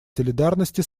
солидарности